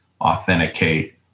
authenticate